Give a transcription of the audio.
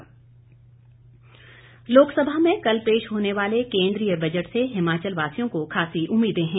budget Lok Sabha में कल पेश होने वाले केंद्रीय बजट से हिमाचल वासियों को खासी उम्मीदें हैं